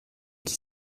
qui